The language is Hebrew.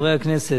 חברי הכנסת,